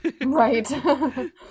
Right